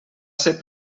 ser